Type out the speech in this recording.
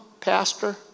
pastor